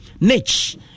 Niche